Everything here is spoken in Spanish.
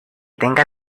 tenga